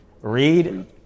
read